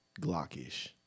Glockish